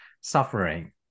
suffering